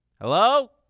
Hello